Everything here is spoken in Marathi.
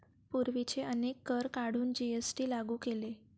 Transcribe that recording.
पूर्वीचे अनेक कर काढून जी.एस.टी लागू केले